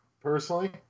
personally